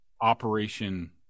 operation